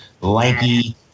lanky